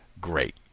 great